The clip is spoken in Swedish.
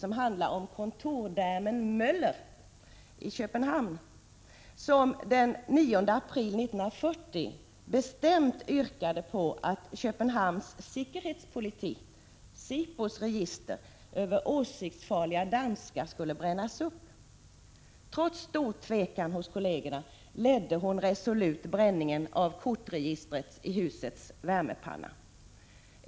Den handlar om ”kontordamen” Möller i Köpenhamn, som den 9 april 1940 bestämt yrkande på att Köpenhamns Sikkerhedspolitis, Sipos, register över åsiktsfarliga danskar skulle brännas upp. Trots stor tvekan hos kollegerna ledde hon resolut bränningen av kortregistret i husets värmepanna.